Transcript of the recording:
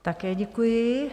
Také děkuji.